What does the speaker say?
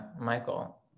Michael